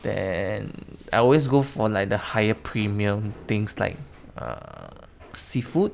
then I always go for like the higher premium things like err seafood